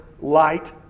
light